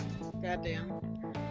Goddamn